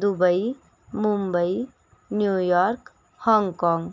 Dubai Mumbai New York Hong Kong